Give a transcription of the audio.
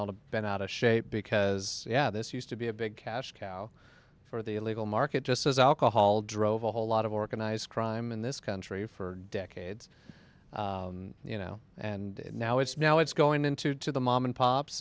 getting bent out of shape because yeah this used to be a big cash cow for the illegal market just as alcohol drove a whole lot of organized crime in this country for decades you know and now it's now it's going into to the mom and pops